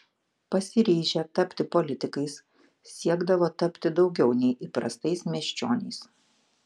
pasiryžę tapti politikais siekdavo tapti daugiau nei įprastais miesčioniais